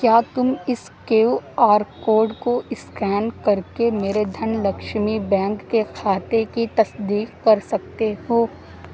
کیا تم اس کیو آر کوڈ کو اسکین کر کے میرے دھن لکشمی بینک کے کھاتے کی تصدیق کر سکتے ہو